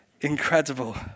incredible